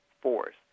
force